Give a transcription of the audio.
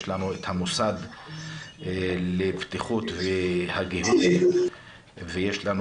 יש לנו את המוסד לבטיחות וגהות ויש לנו